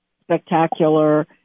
spectacular